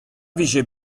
vije